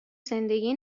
زندگی